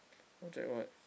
project what